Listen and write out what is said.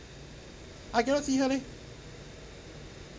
I cannot see her leh